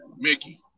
Mickey